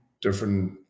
different